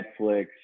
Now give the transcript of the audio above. Netflix